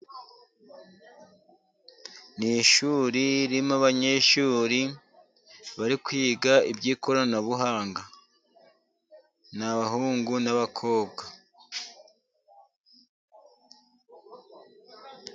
Ni ishuri ririmo abanyeshuri bari kwiga iby'ikoranabuhanga, ni abahungu n'abakobwa.